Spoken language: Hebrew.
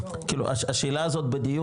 השאלה הזאת בדיון,